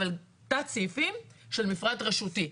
אבל תת סעיפים של מפרט רשותי.